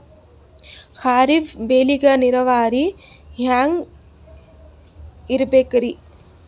ಖರೀಫ್ ಬೇಳಿಗ ನೀರಾವರಿ ಹ್ಯಾಂಗ್ ಇರ್ಬೇಕರಿ?